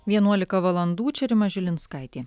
vienuolika valandų čia rima žilinskaitė